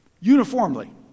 Uniformly